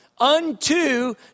unto